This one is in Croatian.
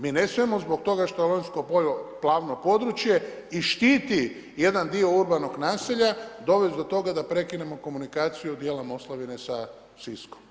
Mi ne smijemo zbog toga što je Lonjsko polje plavno područje i štiti jedan dio urbanog nasilja dovesti do toga da prekinemo komunikaciju od dijela Moslavine sa Siskom.